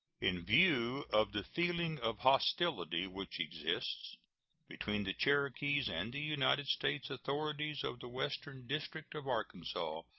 in view of the feeling of hostility which exists between the cherokees and the united states authorities of the western district of arkansas,